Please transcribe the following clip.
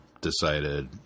decided